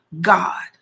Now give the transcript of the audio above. God